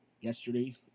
Yesterday